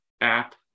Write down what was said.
app